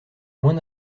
moins